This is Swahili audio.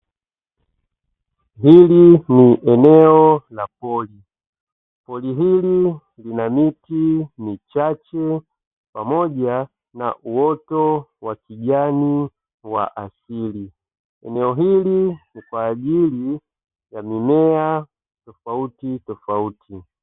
Hili ni eneo la pori. Pori hili lina miti michache pamoja na uoto wa kijani wa asili, eneo hili ni kwa ajili ya mimea tofautitofauti.